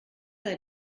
sei